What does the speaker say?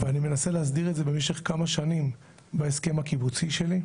אני מנסה להסדיר את זה במשך כמה שנים בהסכם הקיבוצי שלי,